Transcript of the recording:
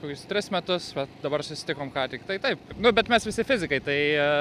kokius tris metus bet dabar susitikom ką tik tai taip nu bet mes visi fizikai tai